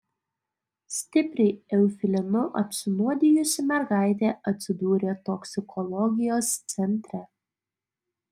stipriai eufilinu apsinuodijusi mergaitė atsidūrė toksikologijos centre